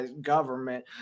government